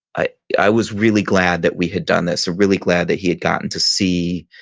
i i was really glad that we had done this. really glad that he had gotten to see